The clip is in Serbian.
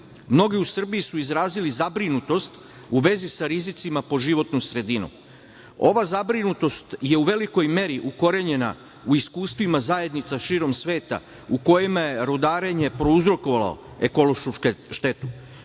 mnogi u Srbiji su izrazili zabrinutost u vezi sa rizicima po životnu sredinu. Ova zabrinutost je u velikoj meri ukorenjena u iskustvima zajednica širom sveta u kojima je rudarenje prouzrokovalo ekološku štetu.